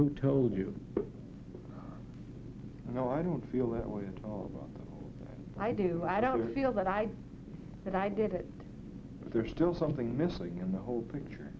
who told you no i don't feel that way i do i don't feel that i that i did it there's still something missing in the whole picture